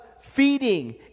feeding